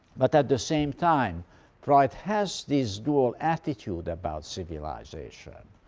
but at the same time freud has this dual attitude about civilization.